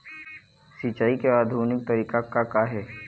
सिचाई के आधुनिक तरीका का का हे?